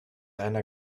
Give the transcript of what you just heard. einer